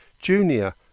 junior